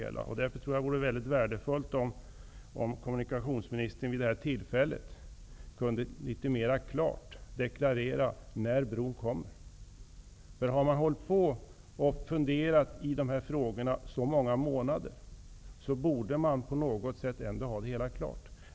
Det vore därför mycket värdefullt om kommunikationsministern vid detta tillfälle litet mera klart deklarerade när bron kommer. Har man funderat över dessa frågor i så många månader, borde man vara klar.